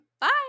Bye